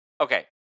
Okay